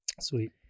Sweet